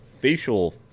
facial